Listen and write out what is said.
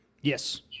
Yes